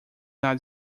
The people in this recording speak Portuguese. nada